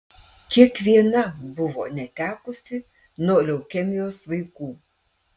kiekviena buvo netekusi nuo leukemijos vaikų